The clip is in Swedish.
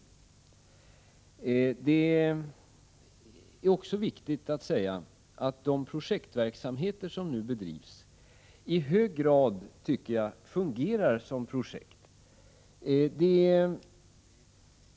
Jag tycker också att det är viktigt att säga att de projektverksamheter som nu bedrivs i hög grad fungerar som projekt.